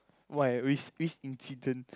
why which which incident